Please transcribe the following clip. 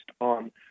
on